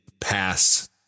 pass